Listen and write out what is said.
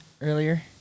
earlier